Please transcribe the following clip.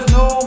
no